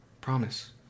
Promise